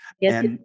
Yes